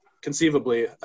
conceivably